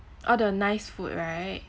all the nice food right